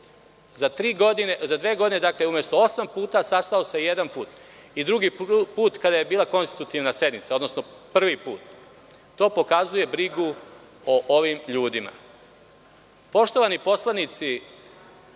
samo jednom. Dakle, umesto osam puta, sastao se jednom. Drugi put se sastao kada je bila konstitutivna sednica, odnosno prvi put. To pokazuje brigu o ovim ljudima. Poštovani poslanici